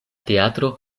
teatro